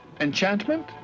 Enchantment